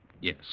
Yes